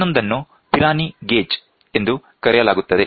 ಇನ್ನೊಂದನ್ನು Pirani gauge ಎಂದು ಕರೆಯಲಾಗುತ್ತದೆ